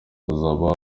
hazaba